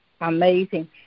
amazing